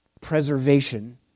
preservation